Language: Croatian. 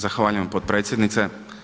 Zahvaljujem potpredsjednice.